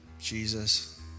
Jesus